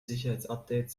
sicherheitsupdates